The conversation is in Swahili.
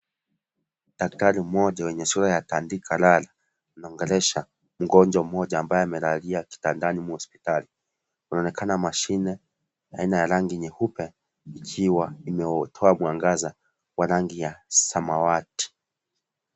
Daktari mmoja mwenye sura ya tandika lala anaongelesha mgonjwa mmoja amabaye amelalia kitandani mwa hospitali, inaonekana mashine aina ya rangi nyeupe ikiwa imetoa mwangaza wa rangi ya samawati.